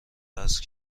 وصل